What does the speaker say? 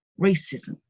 racism